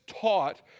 taught